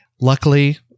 luckily